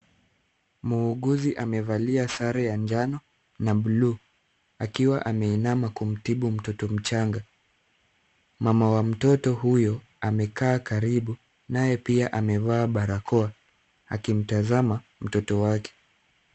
Muuguzi amevalia sare ya njano na buluu, akiwa ameinama kumtibu mtoto mchanga. Mama wa mtoto huyo amekaa karibu naye pia amevaa barakoa akimtazama mtoto wake.